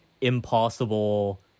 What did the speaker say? impossible